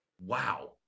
Wow